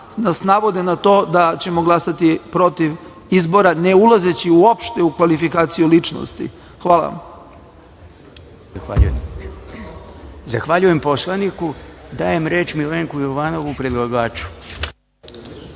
nas navode na to da ćemo glasati protiv izbora, ne ulazeći uopšte u kvalifikaciju ličnosti. Hvala